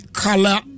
color